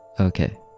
Okay